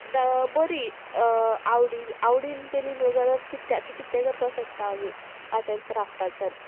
बरी आवडी आवडीन केली न्हू जाल्यार कित्याचें कितें करपा शकता आमी आर्ट एंड क्राफ्टाच्यान